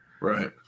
Right